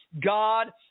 God